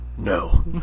No